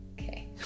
Okay